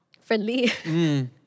friendly